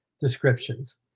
descriptions